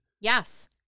Yes